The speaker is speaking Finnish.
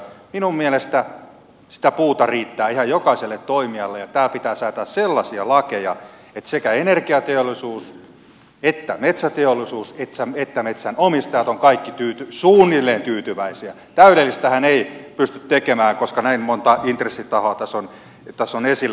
minun mielestäni sitä puuta riittää ihan jokaiselle toimijalle ja täällä pitää säätää sellaisia lakeja että sekä energiateollisuus metsäteollisuus että metsänomistajat ovat kaikki suunnilleen tyytyväisiä täydellistähän ei pystytä tekemään koska näin monta intressitahoa tässä on esillä